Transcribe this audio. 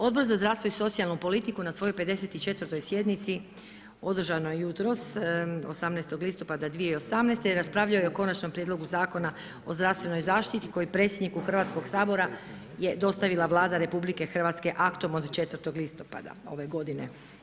Odbor za zdravstvo i socijalnu politiku na svojoj 54 sjednici održanoj jutros 18. listopada 2018. raspravljao je o Konačnom prijedlogu Zakona o zdravstvenoj zaštiti koji predsjedniku Hrvatskoga sabora je dostavila Vlada RH aktom od 4. listopada ove godine.